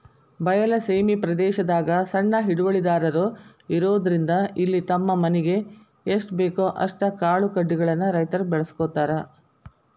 ಬಯಲ ಸೇಮಿ ಪ್ರದೇಶದಾಗ ಸಣ್ಣ ಹಿಡುವಳಿದಾರರು ಇರೋದ್ರಿಂದ ಇಲ್ಲಿ ತಮ್ಮ ಮನಿಗೆ ಎಸ್ಟಬೇಕೋ ಅಷ್ಟ ಕಾಳುಕಡಿಗಳನ್ನ ರೈತರು ಬೆಳ್ಕೋತಾರ